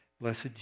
Blessed